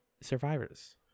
Survivors